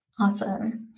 Awesome